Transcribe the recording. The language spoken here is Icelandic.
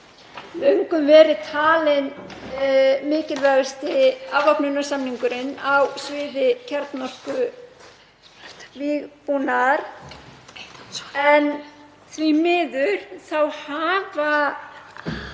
löngum verið talinn mikilvægasti afvopnunarsamningurinn á sviði kjarnorkuvígbúnaðar, en því miður hafa